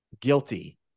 guilty